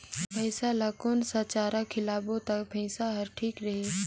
भैसा ला कोन सा चारा खिलाबो ता भैंसा हर ठीक रही?